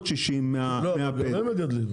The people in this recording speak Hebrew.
גם הם מגדלים.